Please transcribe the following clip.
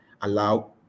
allow